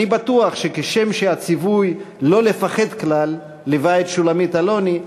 אני בטוח שכשם שהציווי "לא לפחד כלל" ליווה את שולמית אלוני,